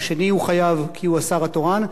השני חייב כי הוא השר התורן,